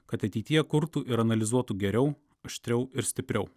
kad ateityje kurtų ir analizuotų geriau aštriau ir stipriau